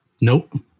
Nope